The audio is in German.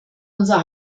unser